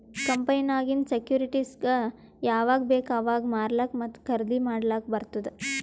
ಕಂಪನಿನಾಗಿಂದ್ ಸೆಕ್ಯೂರಿಟಿಸ್ಗ ಯಾವಾಗ್ ಬೇಕ್ ಅವಾಗ್ ಮಾರ್ಲಾಕ ಮತ್ತ ಖರ್ದಿ ಮಾಡ್ಲಕ್ ಬಾರ್ತುದ್